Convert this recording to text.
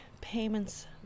payments